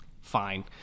fine